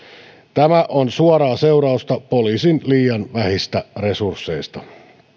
tämä on suoraa seurausta poliisin liian vähistä resursseista